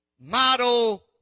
model